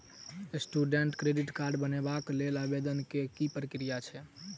Student credit card बनेबाक लेल आवेदन केँ की प्रक्रिया छै?